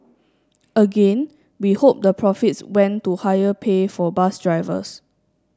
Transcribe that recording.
again we hope the profits went to higher pay for bus drivers